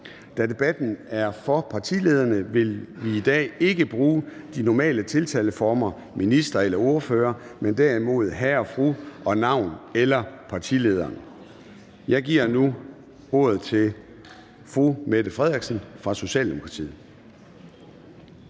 Da debatten er for partilederne, vil vi i dag ikke bruge de normale tiltaleformer minister eller ordfører, men derimod »hr.« og »fru« og vedkommendes navn eller »partilederen«. Jeg giver nu ordet til fru Mette Frederiksen fra Socialdemokratiet.